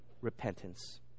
repentance